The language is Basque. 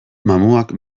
mamuak